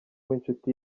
w’inshuti